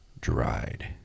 dried